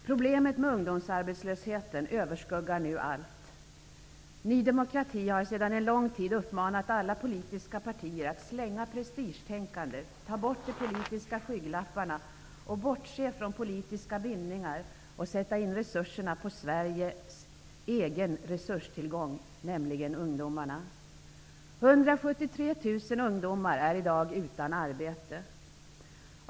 Fru talman! Problemet med ungdomsarbetslösheten överskuggar nu allt. Ny demokrati har under en lång tid uppmanat alla politiska partier att slänga prestigetänkandet, ta bort de politiska skygglapparna, bortse från politiska bindningar och sätta in resurserna på Sveriges egen resurstillgång, nämligen ungdomarna. 173 000 ungdomar är i dag utan arbete.